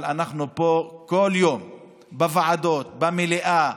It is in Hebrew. אבל אנחנו פה כל יום בוועדות, במליאה,